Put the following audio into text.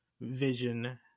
vision